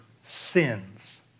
sins